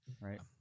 right